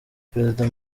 perezida